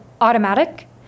automatic